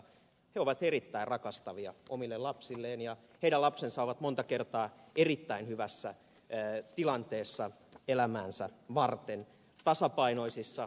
he ovat erittäin rakastavia omille lapsilleen ja heidän lapsensa ovat monta kertaa erittäin hyvässä tilanteessa elämäänsä varten kun vanhemmat ovat tasapainoisissa parisuhteissa